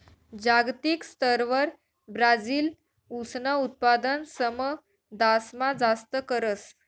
जागतिक स्तरवर ब्राजील ऊसनं उत्पादन समदासमा जास्त करस